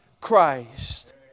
Christ